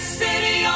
city